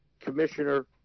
Commissioner